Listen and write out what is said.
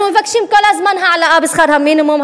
אנחנו מבקשים כל הזמן העלאה בשכר המינימום,